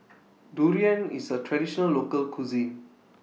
Durian IS A Traditional Local Cuisine